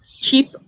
keep